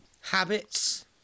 habits